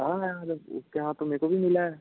हाँ यार उसके यहाँ तो मेरे को भी मिला है